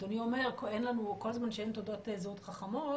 אדוני אומר כל זמן שאין תעודות זהות חכמות